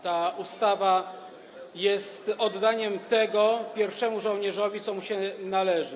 Ta ustawa jest oddaniem pierwszemu żołnierzowi tego, co mu się należy.